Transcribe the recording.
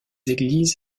églises